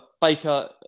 Baker